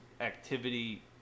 activity